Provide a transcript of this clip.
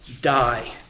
die